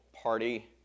party